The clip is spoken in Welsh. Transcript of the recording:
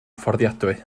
fforddiadwy